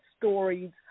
stories